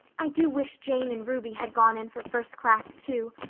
i do wish jane and ruby had gone in for first class, too.